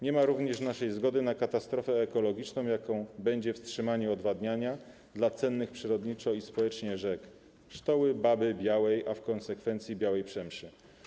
Nie ma również naszej zgody na katastrofę ekologiczną, jaką będzie wstrzymanie odwadniania dla cennych przyrodniczo i społecznie rzek: Sztoły, Baby, Białej, a w konsekwencji Białej Przemszy.